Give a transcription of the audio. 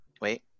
Wait